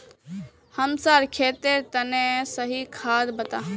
हमसार खेतेर तने सही खाद बता